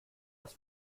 das